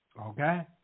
Okay